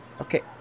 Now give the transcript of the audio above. Okay